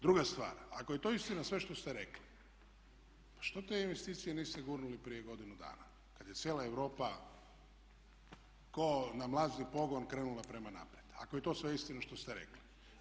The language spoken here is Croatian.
Druga stvar, ako je to istina sve što ste rekli što te investicije niste gurnuli prije godinu dana kad je cijela Europa ko na mlazni pogon krenula prema naprijed, ako je to sve istina što ste rekli.